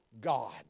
God